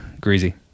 greasy